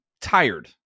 tired